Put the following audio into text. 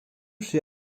chez